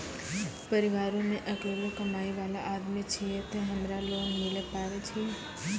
परिवारों मे अकेलो कमाई वाला आदमी छियै ते हमरा लोन मिले पारे छियै?